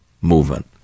movement